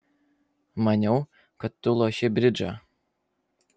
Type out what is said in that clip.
maniau kad tu loši bridžą